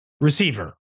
receiver